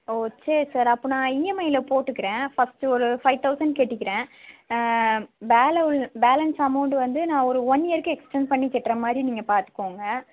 ஓ சரி சார் அப்போ நான் இஎம்ஐயில போட்டுக்குறேன் ஃபர்ஸ்ட் ஒரு ஃபைவ் தொளசண்ட் கட்டிக்குறேன் பேல உள்ள பேலன்ஸ் அமௌண்ட் வந்து நான் ஒரு ஒன் இயர்க்கு எக்ஸ்ட்டண்ட் பண்ணி கெட்டுற மாதிரி நீங்கள் பார்த்துக்கோங்க